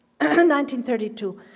1932